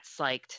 psyched